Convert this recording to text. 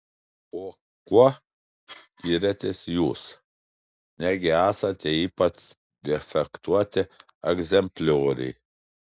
o kuo skiriatės jūs negi esate ypač defektuoti egzemplioriai